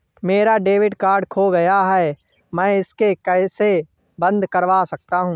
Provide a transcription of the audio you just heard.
मेरा debit card खो गया है मैं इसे कैसे बंद करवा सकता हूँ?